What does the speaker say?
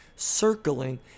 circling